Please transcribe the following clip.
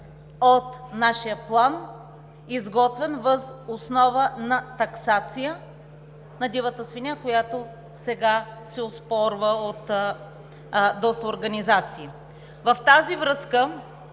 от нашия план, изготвен въз основа на таксация на дивата свиня, която сега се оспорва от доста организации. В тази връзка